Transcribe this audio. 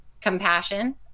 compassion